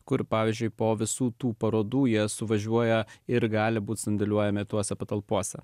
kur pavyzdžiui po visų tų parodų jie suvažiuoja ir gali būti sandėliuojami tose patalpose